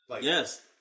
Yes